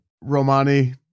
Romani